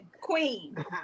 queen